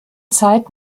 zeit